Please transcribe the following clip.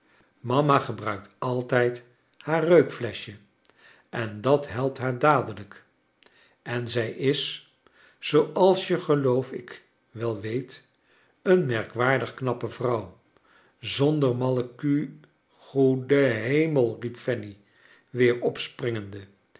mama gebmikt altrjd haar reukfleschje en dat helpt haar dadelijk en zij is zooals je geloof ik wel weet een merkwaardig knappe vrouw zonder malle ku g-oede hemel riep fanny weer opspringende